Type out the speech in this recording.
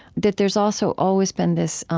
that there's also always been this